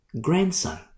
grandson